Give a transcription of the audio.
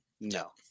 No